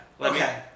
Okay